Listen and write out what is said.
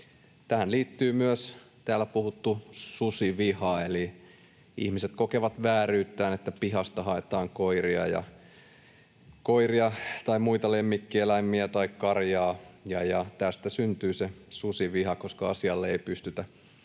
Tähän liittyy myös täällä puhuttu susiviha. Eli ihmiset kokevat vääryyttä, kun pihasta haetaan koiria tai muita lemmikkieläimiä tai karjaa, ja tästä syntyy se susiviha, koska asialle ei pystytä